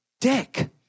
dick